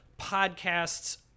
podcasts